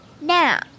Now